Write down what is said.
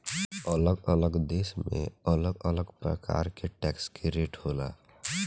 अलग अलग देश में अलग अलग प्रकार के टैक्स के रेट होला